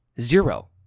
Zero